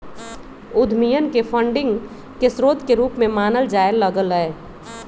उद्यमियन के फंडिंग के स्रोत के रूप में मानल जाय लग लय